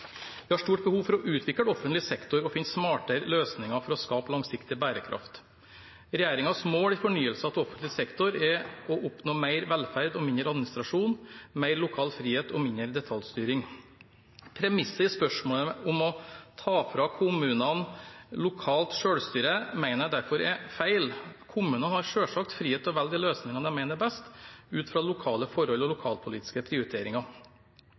Vi har stort behov for å utvikle offentlig sektor og finne smartere løsninger for å skape langsiktig bærekraft. Regjeringens mål i fornyelsen av offentlig sektor er å oppnå mer velferd og mindre administrasjon, mer lokal frihet og mindre detaljstyring. Premisset i spørsmålet, om å ta fra kommunene lokalt selvstyre, mener jeg derfor er feil. Kommunene har selvsagt frihet til å velge de løsningene de mener er best ut fra lokale forhold og lokalpolitiske prioriteringer.